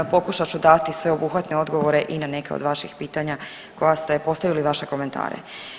Pokušat ću dati sveobuhvatne odgovore i na neke od vaših pitanja koje ste postavili i vaše komentare.